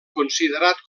considerat